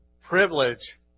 privilege